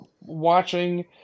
watching